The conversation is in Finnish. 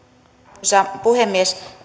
arvoisa puhemies